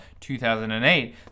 2008